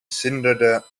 zinderde